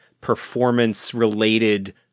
performance-related